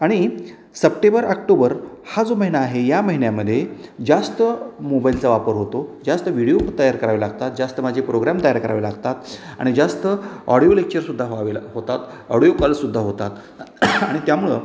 आणि September October हा जो महिना आहे या महिन्यामध्ये जास्त मोबाईलचा वापर होतो जास्त व्हिडिओ तयार करावे लागतात जास्त माझे प्रोग्राम तयार करावे लागतात आणि जास्त ऑडिओ लेक्चरसुद्धा व्हावे लाग होतात ऑडिओ कॉलसुद्धा होतात आणि त्यामुळं